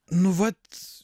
nu vat